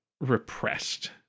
repressed